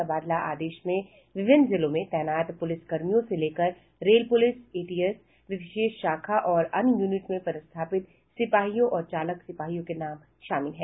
तबादला आदेश में विभिन्न जिलों में तैनात पुलिसकर्मियों से लेकर रेल पुलिस एटीएस विशेष शाखा और अन्य यूनिट में पदस्थापित सिपाहियों और चालक सिपाहियों के नाम शामिल हैं